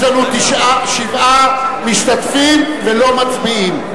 יש לנו שבעה משתתפים ולא מצביעים.